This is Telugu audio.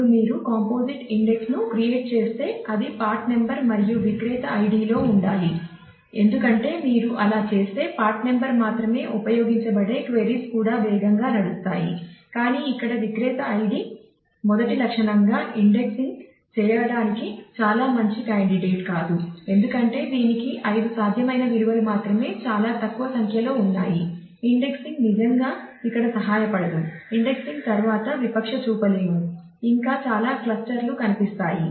ఇప్పుడు మీరు కాంపోజిట్ ఇండెక్స్ కనిపిస్తాయి